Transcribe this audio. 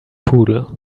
poodle